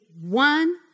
one